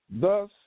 Thus